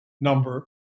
number